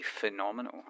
phenomenal